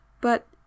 But